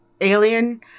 alien